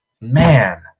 man